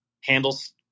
handles